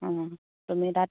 অঁ তুমি তাত